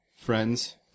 friends